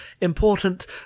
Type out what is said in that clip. important